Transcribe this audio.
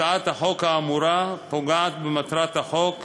הצעת החוק האמורה פוגעת במטרת החוק,